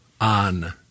on